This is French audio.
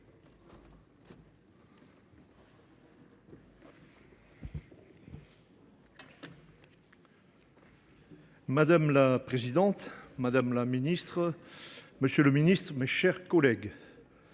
Madame la présidente, madame la ministre, monsieur le ministre, mes chers collègues,